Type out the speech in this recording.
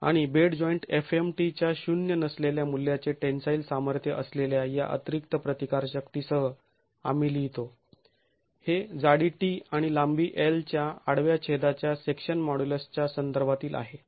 आणि bed joint f mt च्या शून्य नसलेल्या मूल्याचे टेन्साईल सामर्थ्य असलेल्या या अतिरिक्त प्रतिकार शक्तीसह आम्ही लिहितो हे जाडी t आणि लांबी l च्या आडव्या छेदाच्या सेक्शन मॉड्युलस च्या संदर्भातील आहे